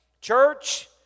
Church